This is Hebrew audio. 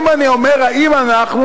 אני אומר: האם אנחנו,